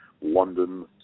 London